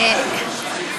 אדוני סגן שר